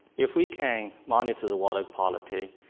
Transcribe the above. if we can monitor the water quality,